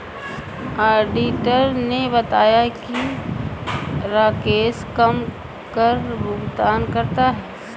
auditor ने बताया कि राकेश कम कर भुगतान करता है